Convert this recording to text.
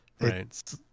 right